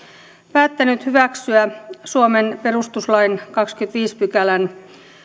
päättänyt hyväksyä suomen perustuslain kahdennenkymmenennenviidennen pykälän